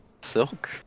Silk